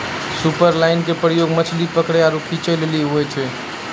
superline के प्रयोग मछली पकरै आरु खींचै लेली होय छै